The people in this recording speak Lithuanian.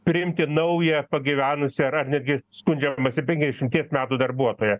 priimti naują pagyvenusį ar ar netgi skundžiamasi penkiasdešimties metų darbuotoją